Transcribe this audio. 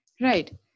Right